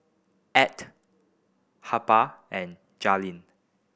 Add Harper and Jaylin